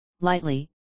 lightly